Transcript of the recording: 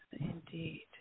Indeed